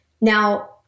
Now